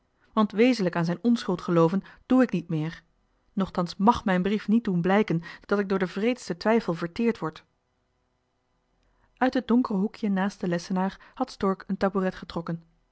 want wezenlijk aan zijn onschuld gelooven doe ik niet meer nochtans màg mijn brief niet doen blijken dat ik door den wreedsten twijfel verteerd word uit het donkere hoekje naast den lessenaar had stork een tabouret getrokken